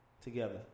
together